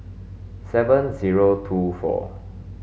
seven zero two four